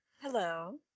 Hello